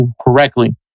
correctly